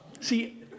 See